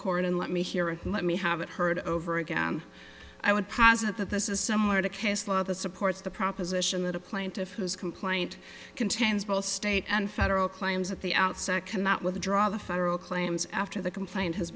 court in let me here and let me have it heard over again i would posit that this is similar to case law that supports the proposition that a plaintiff has complaint contains both state and federal claims at the outset cannot withdraw the federal claims after the complaint has